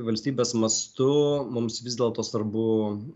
valstybės mastu mums vis dėlto svarbu